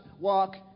walk